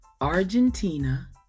Argentina